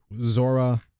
Zora